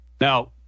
Now